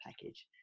package